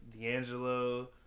D'Angelo